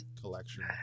collection